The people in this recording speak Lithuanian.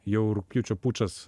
jau rugpjūčio pučas